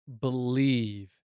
believe